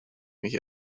mich